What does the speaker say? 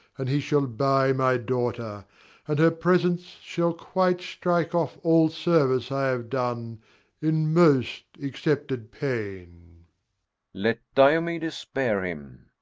and he shall buy my daughter and her presence shall quite strike off all service i have done in most accepted pain let diomedes bear him,